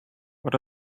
what